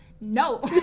No